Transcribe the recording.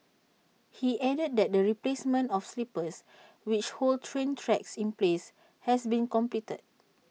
he added that the replacement of sleepers which hold train tracks in place has been completed